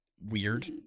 Weird